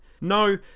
No